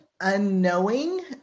unknowing